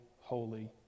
holy